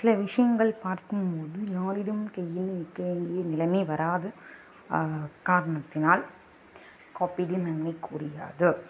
சில விஷயங்கள் பார்க்கும்போது யாரிடமும் கையேந்தி நிற்க வேண்டிய நிலைமை வராது காரணத்தினால் காப்பீடு நன்மைக்குரியது